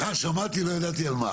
סליחה שמעתי, לא ידעתי על מה.